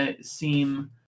seem